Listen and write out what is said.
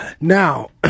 Now